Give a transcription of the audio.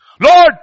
Lord